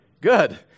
Good